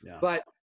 But-